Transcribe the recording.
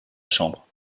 chambre